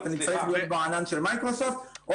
אני צריך להיות בענן של מייקרוסופט או